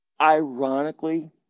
Ironically